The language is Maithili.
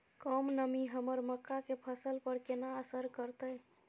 कम नमी हमर मक्का के फसल पर केना असर करतय?